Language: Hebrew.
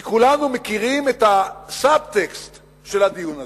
כי כולנו מכירים את הסבטקסט של הדיון הזה.